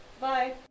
Bye